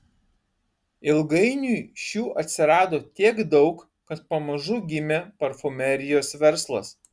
ilgainiui šių atsirado tiek daug kad pamažu gimė parfumerijos verslas